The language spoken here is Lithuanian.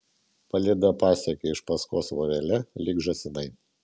palyda pasekė iš paskos vorele lyg žąsinai